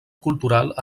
cultural